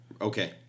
Okay